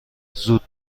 زود